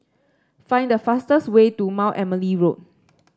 find the fastest way to Mount Emily Road